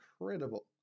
incredible